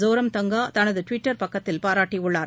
சோரம் தங்கா தனது ட்விட்டர் பக்கத்தில் பாராட்டியுள்ளார்